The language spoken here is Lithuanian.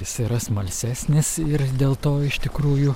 jis yra smalsesnis ir dėl to iš tikrųjų